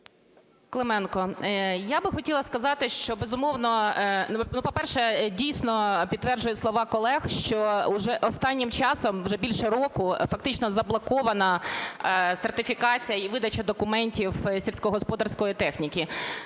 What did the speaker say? Клименко. Я би хотіла сказати, що, безумовно, по-перше, дійсно підтверджую слова колег, що останнім часом вже більше року фактично заблокована сертифікація і видача документів сільськогосподарської техніки.